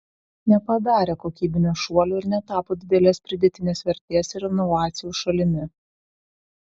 nepadarė kokybinio šuolio ir netapo didelės pridėtinės vertės ir inovacijų šalimi